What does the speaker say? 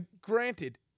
granted